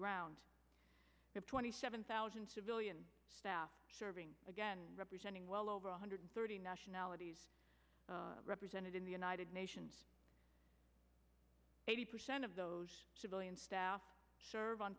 ground of twenty seven thousand civilian staff serving again representing well over one hundred thirty nationalities represented in the united nations eighty percent of those civilian staff serve on